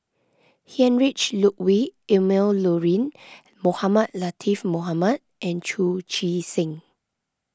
Heinrich Ludwig Emil Luering Mohamed Latiff Mohamed and Chu Chee Seng